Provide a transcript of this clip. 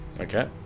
Okay